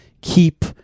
keep